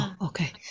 Okay